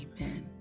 Amen